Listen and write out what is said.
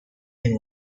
and